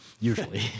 Usually